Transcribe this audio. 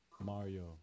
Mario